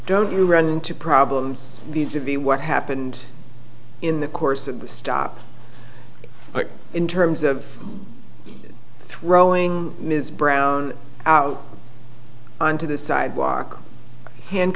don't you run into problems need to be what happened in the course of the stop in terms of throwing ms brown out onto the sidewalk